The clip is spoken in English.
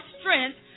strength